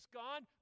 gone